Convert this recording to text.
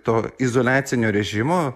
to izoliacinio režimo